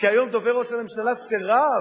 כי היום דובר ראש הממשלה סירב,